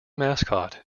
mascot